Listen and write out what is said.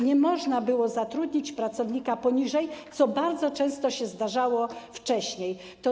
Nie można było zatrudnić pracownika poniżej, co bardzo często się zdarzało wcześniej.